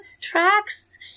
tracks